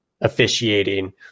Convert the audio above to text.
officiating